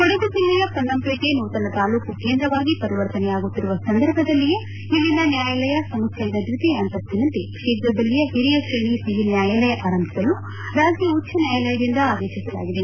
ಕೊಡಗು ಜಿಲ್ಲೆಯ ಪೊನ್ನಂಪೇಟೆ ನೂತನ ತಾಲೂಕು ಕೇಂದ್ರವಾಗಿ ಪರಿವರ್ತನೆಯಾಗುತ್ತಿರುವ ಸಂದರ್ಭದಲ್ಲಿಯೇ ಇಲ್ಲಿನ ನ್ಕಾಯಾಲಯ ಸಮುಚ್ಛಯದ ದ್ವಿತೀಯ ಅಂತಸ್ತಿನಲ್ಲಿ ಶೀಘ್ರದಲ್ಲಿಯೇ ಹಿರಿಯ ಶ್ರೇಣಿ ಸಿವಿಲ್ ನ್ಯಾಯಾಲಯ ಆರಂಭಿಸಲು ರಾಜ್ಯ ಉಜ್ದ ನ್ಯಾಯಾಲಯದಿಂದ ಆದೇಶಿಸಲಾಗಿದೆ